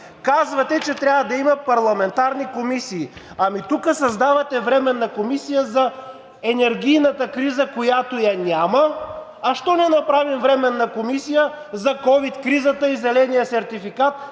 Казвате, че трябва да има парламентарни комисии. Тук създавате Временна комисия за енергийната криза, която я няма, а защо не направим Временна комисия за ковид кризата и зеления сертификат,